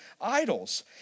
idols